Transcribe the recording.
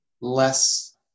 less